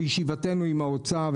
בישיבתנו עם האוצר,